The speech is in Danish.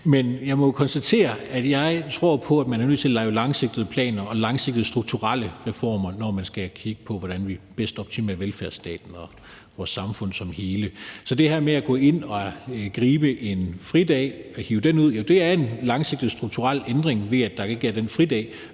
Jeg må jo konstatere, at jeg tror på, at man er nødt til at lave langsigtede planer og langsigtede strukturelle reformer, når man skal kigge på, hvordan vi bedst optimerer velfærdsstaten og vores samfund som helhed. Så det her med at gå ind, gribe en fridag og hive den ud er en langsigtet strukturel ændring, ved at der så ikke er den fridag,